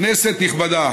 כנסת נכבדה,